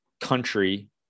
country